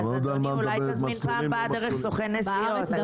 אולי תזמין בפעם הבאה דרך סוכן נסיעות.